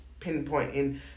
pinpointing